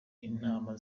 intama